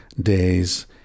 days